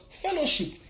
fellowship